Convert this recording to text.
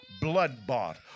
blood-bought